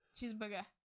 Cheeseburger